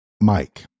Mike